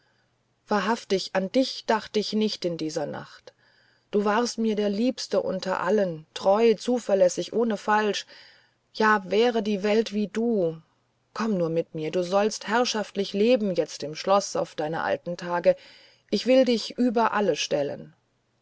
wahrhaftig an dich dacht ich nicht in dieser nacht du warst mir der liebste immer unter allen treu zuverlässig ohne falsch ja wär die welt wie du komm nur mit mir du sollst herrschaftlich leben jetzt im schloß auf deine alten tage ich will dich über alle stellen